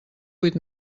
vuit